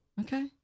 Okay